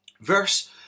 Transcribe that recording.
Verse